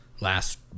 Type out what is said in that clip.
last